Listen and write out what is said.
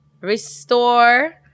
restore